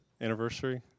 Anniversary